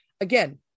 again